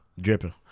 Dripping